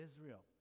Israel